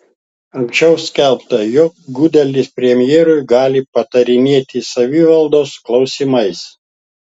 anksčiau skelbta jog gudelis premjerui gali patarinėti savivaldos klausimais